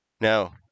No